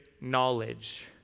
knowledge